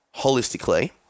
holistically